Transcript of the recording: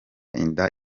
inda